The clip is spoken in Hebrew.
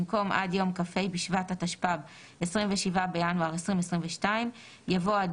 במקום "עד יום כ"ה בשבט התשפ"ב (27 בינואר 2022)" יבוא "עד